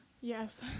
Yes